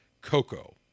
cocoa